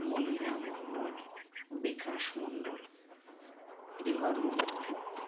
Malina Mondal Bikash Mondal Harihar Mondal